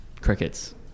crickets